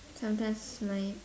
sometimes my